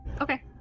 Okay